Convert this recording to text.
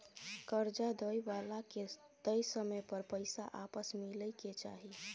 कर्जा दइ बला के तय समय पर पैसा आपस मिलइ के चाही